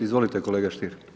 Izvolite kolega Stier.